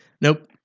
Nope